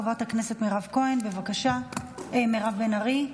חברת הכנסת מירב בן ארי,